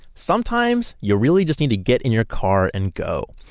sometimes you really just need to get in your car and go.